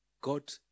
God